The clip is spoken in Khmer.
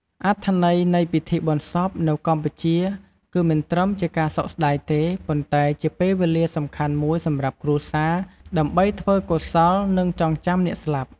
អត្ថន័យនៃពិធីបុណ្យសពនៅកម្ពុជាគឺមិនត្រឹមជាការសោកស្តាយទេ ប៉ុន្តែជាពេលវេលាសំខាន់មួយសម្រាប់គ្រួសារ ដើម្បីធ្វើកុសល និងចងចាំអ្នកស្លាប់។